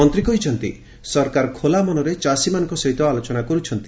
ମନ୍ତ୍ରୀ କହିଛନ୍ତି ସରକାର ଖୋଲା ମନରେ ଚାଷୀମାନଙ୍କ ସହିତ ଆଲୋଚନା କରୁଛନ୍ତି